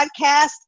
podcast